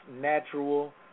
natural